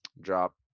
Drop